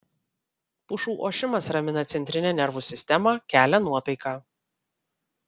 pušų ošimas ramina centrinę nervų sistemą kelia nuotaiką